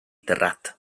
terrat